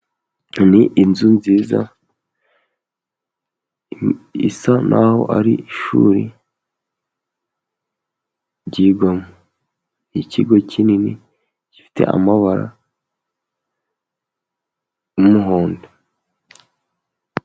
Ni inzu nziza isa naho ari ishuri ryigwamo, ikigo kinini gifite amabara y'umuhondo.